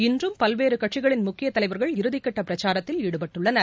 இன்றும் பல்வேறு கட்சிகளின் முக்கியத் தலைவர்கள் இறுதிக் கட்ட பிரச்சாரத்தில் ஈடுபட்டுள்ளனர்